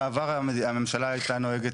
בעבר הממשלה הייתה נוהגת,